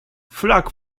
flag